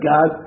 God